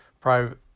Private